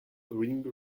ring